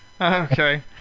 okay